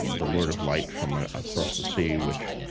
the lord of light from ah across the sea, which